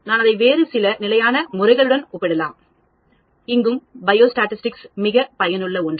நான் அதை வேறு சில நிலையான முறைகளுடன் ஒப்பிடலாம் பயோஸ்டாடிஸ்டிக்ஸ் மிக பயனுள்ள ஒன்று